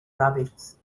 rabbits